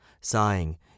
Sighing